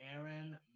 Aaron